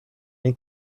den